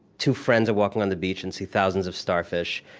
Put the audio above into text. two friends are walking on the beach and see thousands of starfish,